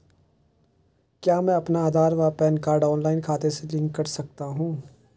क्या मैं अपना आधार व पैन कार्ड ऑनलाइन खाते से लिंक कर सकता हूँ?